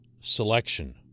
selection